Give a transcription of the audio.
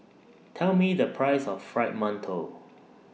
Tell Me The Price of Fried mantou